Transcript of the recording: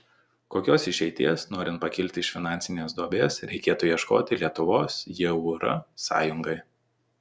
kokios išeities norint pakilti iš finansinės duobės reikėtų ieškoti lietuvos jūr sąjungai